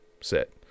set